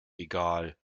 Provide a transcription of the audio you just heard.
egal